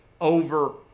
over